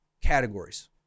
categories